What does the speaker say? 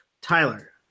Tyler